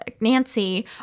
Nancy